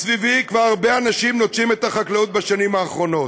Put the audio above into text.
מסביבי כבר הרבה אנשים נוטשים את החקלאות בשנים האחרונות.